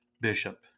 Bishop